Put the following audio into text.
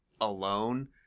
alone